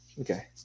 Okay